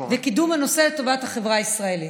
וקידום הנושא לטובת החברה הישראלית.